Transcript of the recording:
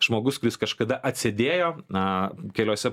žmogus kuris kažkada atsėdėjo aaa keliuose